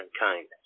mankind